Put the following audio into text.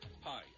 Hi